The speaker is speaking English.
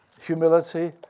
humility